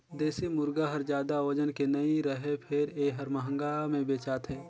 देसी मुरगा हर जादा ओजन के नइ रहें फेर ए हर महंगा में बेचाथे